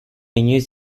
inoiz